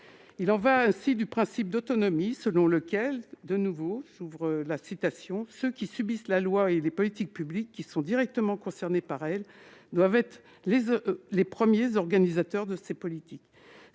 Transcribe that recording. Il en va ainsi du principe d'autonomie, selon lequel ceux qui subissent la loi et les politiques publiques, ceux qui sont directement concernés par elles doivent être les premiers organisateurs de ces politiques.